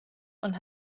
und